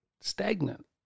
stagnant